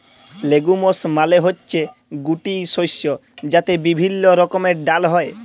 legumes মালে হচ্যে গুটি শস্য যাতে বিভিল্য রকমের ডাল হ্যয়